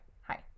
Hi